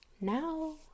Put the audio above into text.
Now